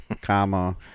Comma